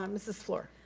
um mrs. fluor.